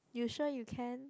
you sure you can